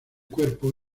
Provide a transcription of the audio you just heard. cuerpo